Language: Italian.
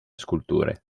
sculture